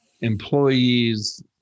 employees